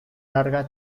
larga